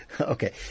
Okay